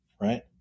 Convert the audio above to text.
Right